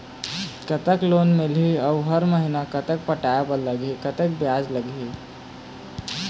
कतक लोन मिलही अऊ हर महीना कतक पटाए बर लगही, कतकी ब्याज लगही?